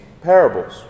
parables